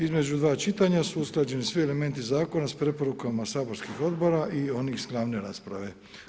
Između dva čitanja su usklađeni svi elementi zakona s preporukama saborskih odbora i onih s glavne rasprave.